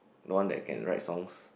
the one that can write songs